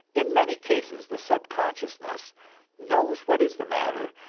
in many cases the subconsciousness knows what is the matter,